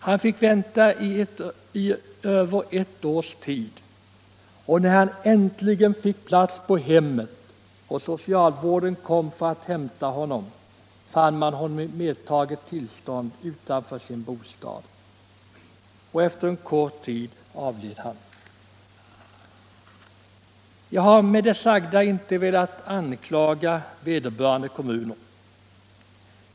Han fick vänta i över ett års tid, och när han äntligen fick plats på hemmet och socialvården kom för att hämta honom, fann man honom i medtaget tillstånd utanför sin bostad. Efter en kort tid avled han. Jag har med det sagda inte velat anklaga vederbörande kommuner.